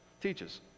teaches